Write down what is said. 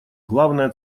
главная